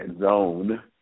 zone